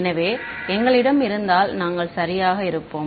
எனவே எங்களிடம் இருந்தால் நாங்கள் சரியாக இருப்போம்